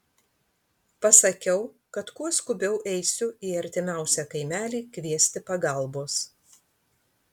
pasakiau kad kuo skubiau eisiu į artimiausią kaimelį kviesti pagalbos